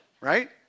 Right